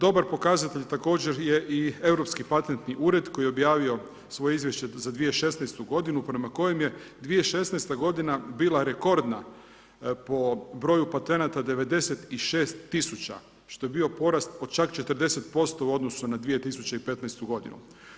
Dobar pokazatelj također je i Europski patentni ured kojeg je objavio svoje izvješće za 2016. godinu prema kojem je 2016. godina bila rekordna po broju patenata 96 000, što je bio porast od čak 40% u odnosu na 2015. godinu.